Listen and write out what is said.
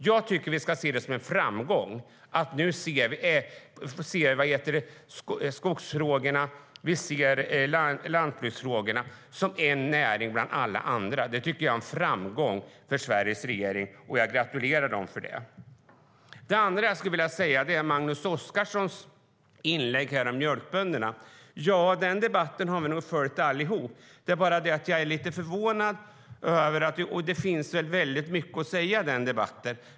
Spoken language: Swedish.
Jag tycker att vi ska se det som en framgång för Sveriges regering att vi ser skogs och lantbruksfrågorna som en näring bland andra, och jag gratulerar dem för det. Det andra jag vill säga rör Magnus Oscarssons inlägg om mjölkbönderna. Den debatten har vi nog följt allihop, och det finns väldigt mycket att säga i den debatten.